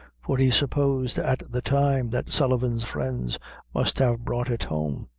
for he supposed at the time that sullivan's friends must have brought it home.